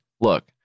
look